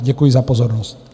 Děkuji za pozornost.